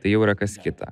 tai jau yra kas kita